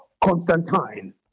Constantine